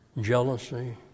jealousy